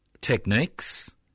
techniques